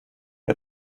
dir